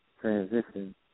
transition